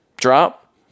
drop